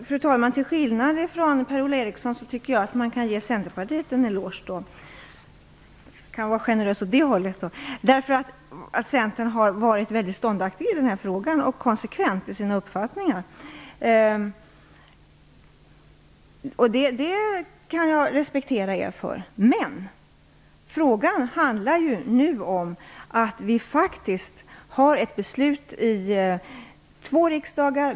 Fru talman! Jag tycker däremot att man kan ge Centerpartiet en eloge, därför att ni inom Centern har varit väldigt ståndaktiga och konsekventa i era uppfattningar i den här frågan. Det kan jag respektera er för. Men frågan handlar ju nu om att vi faktiskt har två riksdagsbeslut.